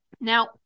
Now